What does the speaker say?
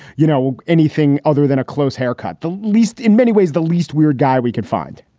you know, anything other than a close haircut, the least in many ways the least weird guy we could find.